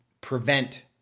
prevent